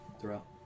throughout